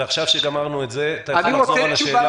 ועכשיו כשגמרנו עם זה, אתה יכול לחזור על השאלה?